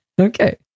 Okay